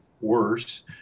worse